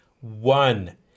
One